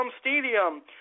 Stadium